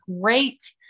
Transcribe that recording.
great